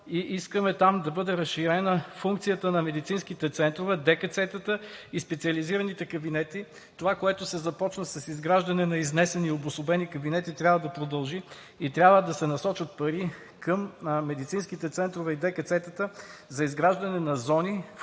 Искаме там да бъде разширена функцията на медицинските центрове, ДКЦ-тата и специализираните кабинети. Това, което се започна с изграждане на изнесени и обособени кабинети, трябва да продължи и трябва да се насочат пари към медицинските центрове и ДКЦ-тата за изграждане на зони,